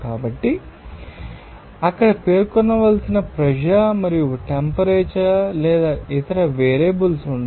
కాబట్టి అక్కడ పేర్కొనవలసిన ప్రెషర్ మరియు టెంపరేచర్ లేదా ఇతర వేరియబుల్స్ ఉండవు